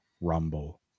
Rumble